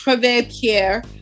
pierre